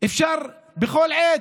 אפשר בכל עת.